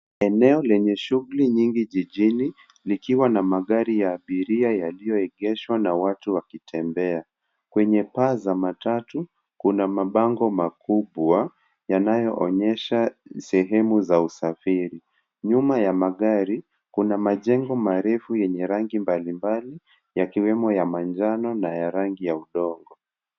Eneo lenye shughuli nyingi jijini likiwa na magari ya abiria yaliyoegeshwa na watu wakitembea. Kwenye paa za matatu, kuna mabango makubwa yanayoonyesha sehemu za usafiri. Nyuma ya magari, kuna majengo marefu yenye rangi mbalimbali yakiwemo ya manjano na ya rangi ya udongo.